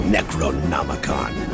Necronomicon